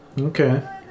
Okay